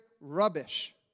rubbish